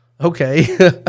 okay